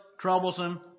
troublesome